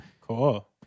Cool